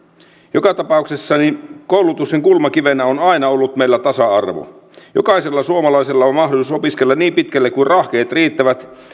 joka tapauksessa koulutuksen kulmakivenä on aina ollut meillä tasa arvo jokaisella suomalaisella on mahdollisuus opiskella niin pitkälle kuin rahkeet riittävät